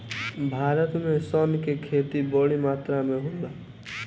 भारत में सन के खेती बड़ी मात्रा में होला